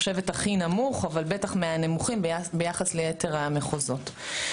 הכי נמוך ובטח מהנמוכים לעומת יתר המחוזות.